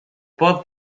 pode